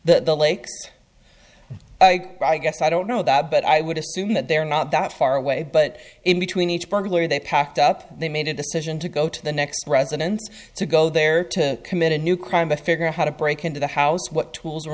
case the lake i guess i don't know that but i would assume that they're not that far away but in between each burglary they packed up they made a decision to go to the next president to go there to commit a new crime to figure out how to break into the house what tools